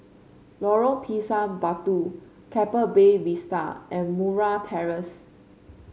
Lorong Pisang Batu Keppel Bay Vista and Murray Terrace